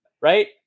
right